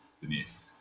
beneath